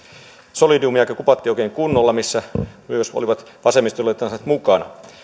solidiumiakin kupattiin oikein kunnolla missä olivat myös vasemmistoliittolaiset mukana